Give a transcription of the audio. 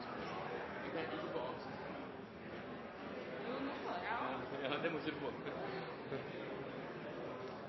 det er ikke det